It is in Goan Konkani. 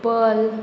पल